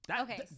Okay